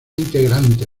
integrante